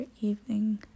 evening